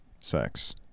sex